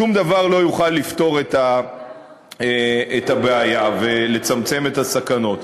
שום דבר לא יוכל לפתור את הבעיה ולצמצם את הסכנות.